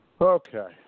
Okay